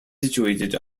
situated